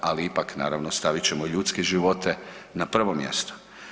Ali, ipak, naravno, stavit ćemo ljudske živote na prvo mjesto.